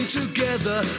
together